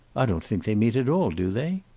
i don't think they meet at all, do they?